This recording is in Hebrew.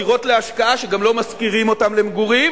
דירות להשקעה שגם לא משכירים אותן למגורים,